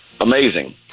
amazing